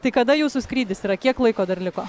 tai kada jūsų skrydis yra kiek laiko dar liko